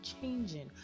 changing